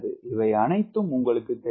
இவை அனைத்தும் உங்களுக்கு தெரியும்